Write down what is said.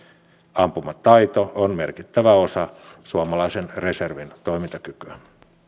ampumataito on merkittävä osa suomalaisen reservin toimintakykyä